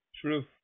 True